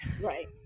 right